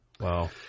Wow